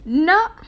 now